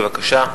בבקשה,